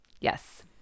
Yes